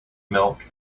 milk